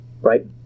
Right